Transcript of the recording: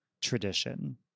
tradition